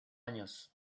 años